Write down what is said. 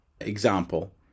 example